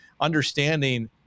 understanding